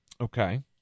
okay